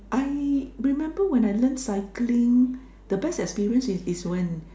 I remember when I learn cycling the best experience is is when